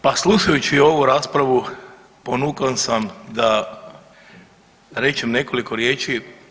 Pa slušajući ovu raspravu ponukan sam da rečem nekoliko riječi.